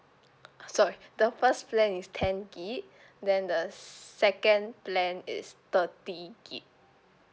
sorry the first plan is ten gig then the s~ second plan is thirty gig